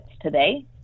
today